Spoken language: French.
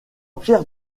pierre